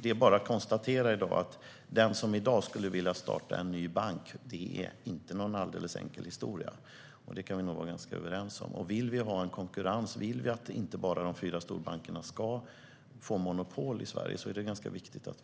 Det är bara att konstatera att det inte är en alldeles enkel historia att starta en ny bank i dag; det kan vi vara överens om. Om vi vill ha en konkurrens och vill att det inte bara är de fyra storbankerna som ska ha monopol i Sverige är det ganska viktigt att